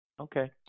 Okay